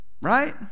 right